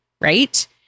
right